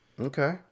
Okay